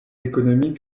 économies